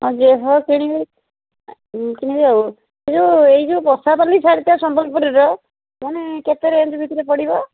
ଆଜ୍ଞା ହଁ କିଣିବି କିଣିବି ଆଉ ଏ ଯେଉଁ ଏହି ଯେଉଁ ପଶାପାଲି ଶାଢ଼ୀଟା ସମ୍ବଲପୁରୀର ମାନେ କେତେ ରେଞ୍ଜ୍ ଭିତରେ ପଡ଼ିବ